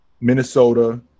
Minnesota